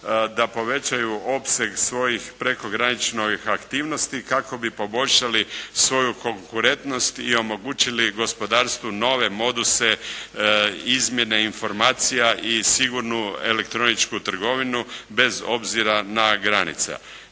da povećaju opseg svojih prekograničnih aktivnosti kako bi poboljšali svoju konkurentnost i omogućili gospodarstvu nove moduse izmjene informacija i sigurnu elektroničku trgovinu bez obzira na granice.